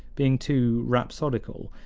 being too rhapsodical,